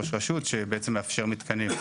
וגם לקדם כראש רשות שבעצם מאפשר מתקנים.